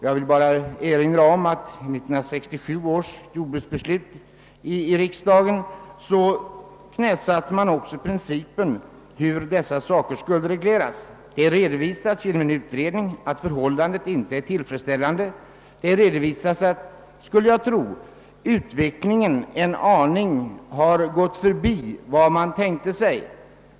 Jag vill erinra om att riksdagen genom 1967 års jordbruksbeslut knäsatte principen hur dessa saker skall regleras. Det har redovisats i en utredning, att förhållandena inte är tillfredsställande, och det redovisas också att utvecklingen har gått något förbi vad man tänkte sig.